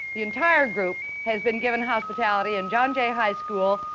the entire group has been given hospitality in john jay high school,